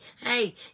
Hey